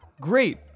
great